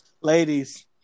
Ladies